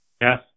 Yes